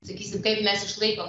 sakysim kad mes išlaikom